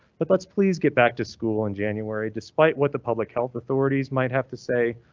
but let's please get back to school in january despite what the public health authorities might have to say.